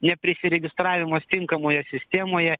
neprisiregistravimas tinkamoje sistemoje